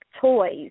toys